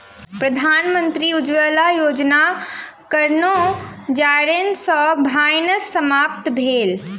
प्रधानमंत्री उज्ज्वला योजनाक कारणेँ जारैन सॅ भानस समाप्त भेल